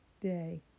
day